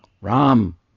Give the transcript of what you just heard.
Ram